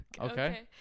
Okay